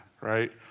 right